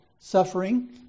suffering